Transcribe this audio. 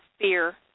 fear